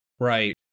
Right